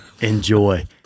Enjoy